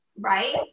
Right